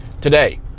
Today